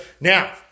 Now